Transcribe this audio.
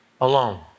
alone